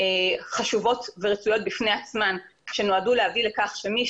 חשובות ורצויות בפני עצמן שנועדו להביא לכך שמי